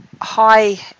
high